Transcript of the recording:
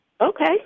Okay